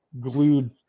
glued